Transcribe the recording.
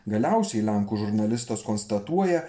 galiausiai lenkų žurnalistas konstatuoja